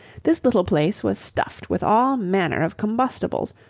this little place was stuffed with all manner of combustibles,